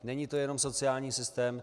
Není to jenom sociální systém.